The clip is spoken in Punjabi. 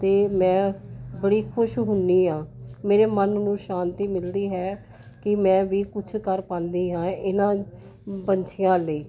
ਅਤੇ ਮੈਂ ਬੜੀ ਖੁਸ਼ ਹੁੰਦੀ ਹਾਂ ਮੇਰੇ ਮਨ ਨੂੰ ਸ਼ਾਂਤੀ ਮਿਲਦੀ ਹੈ ਕਿ ਮੈਂ ਵੀ ਕੁਛ ਕਰ ਪਾਉਂਦੀ ਹਾਂ ਇਹਨਾਂ ਪੰਛੀਆਂ ਲਈ